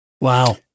Wow